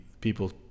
people